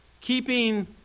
keeping